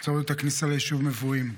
בצומת הכניסה ליישוב מבועים,